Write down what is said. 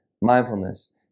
Mindfulness